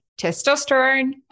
testosterone